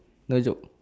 no joke